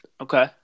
Okay